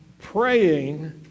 praying